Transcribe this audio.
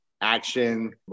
action